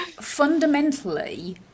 fundamentally